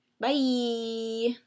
Bye